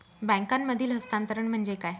बँकांमधील हस्तांतरण म्हणजे काय?